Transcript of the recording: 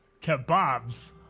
Kebabs